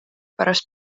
pärast